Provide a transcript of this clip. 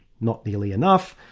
not nearly enough,